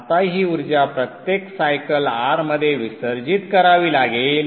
आता ही ऊर्जा प्रत्येक सायकल R मध्ये विसर्जित करावी लागेल